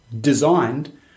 designed